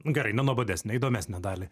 gerai nenuobodesnę įdomesnę dalį